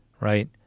Right